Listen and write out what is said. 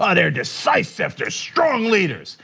ah they're decisive, they're strong leader,